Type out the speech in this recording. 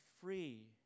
free